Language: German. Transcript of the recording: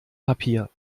papier